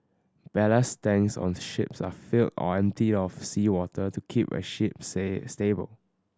ballast tanks on the ships are filled or emptied of seawater to keep a ship stable